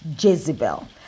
Jezebel